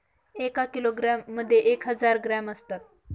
एका किलोग्रॅम मध्ये एक हजार ग्रॅम असतात